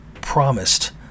promised